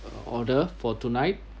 order for tonight